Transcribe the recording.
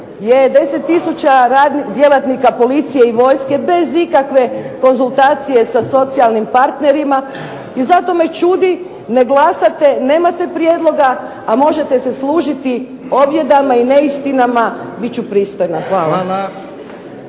djelatnika policije i vojske bez ikakve konzultacije sa socijalnim partnerima i zato me čudi ne glasate, nemate prijedloga, a možete se služiti objedama i neistinama, bit ću pristojna. Hvala.